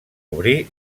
obrir